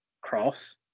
cross